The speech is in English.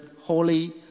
holy